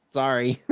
sorry